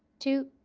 two,